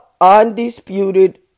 undisputed